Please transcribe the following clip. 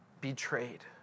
betrayed